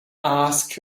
ask